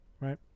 Right